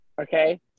Okay